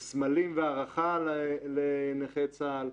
סמלים והערכה לנכי צה"ל,